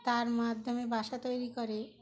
তার মাধ্যমে বাসা তৈরি করে